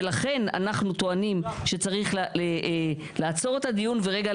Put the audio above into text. ולכן אנחנו טוענים שצריך לעצור את הדיון ורגע